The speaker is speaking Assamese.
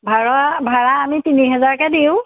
ভাড়া ভাড়া আমি তিনি হেজাৰকৈ দিওঁ